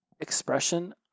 expression